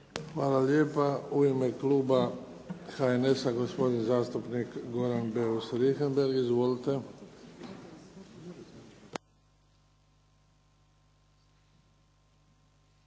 Hvala lijepa. U ime kluba HNS-a gospodin zastupnik Goran Beus Richembergh. Izvolite.